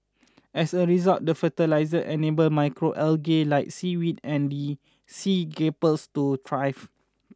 as a result the fertiliser enable macro algae like seaweed and sea grapes to thrive